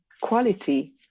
quality